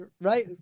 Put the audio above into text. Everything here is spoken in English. right